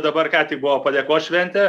dabar ką tik buvo padėkos šventė